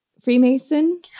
Freemason